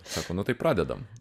sako nu tai pradedam